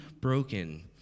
broken